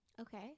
okay